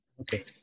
Okay